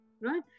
right